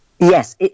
Yes